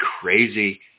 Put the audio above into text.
crazy